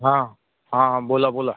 हा हा बोला बोला